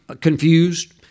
confused